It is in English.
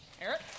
Eric